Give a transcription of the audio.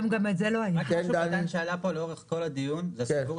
הדיון עם הממשלה לאורך כל הדיון הוא סיפור